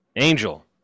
Angel